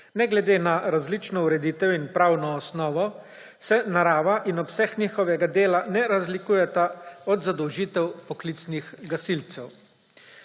Ne glede na različno ureditev in pravno osnovo se narava in obseg njihovega dela ne razlikujeta od zadolžitev poklicnih gasilcev.